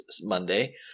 Monday